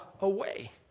away